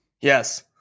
Yes